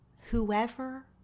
whoever